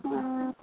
ও